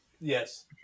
Yes